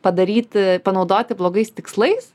padaryti panaudoti blogais tikslais